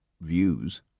views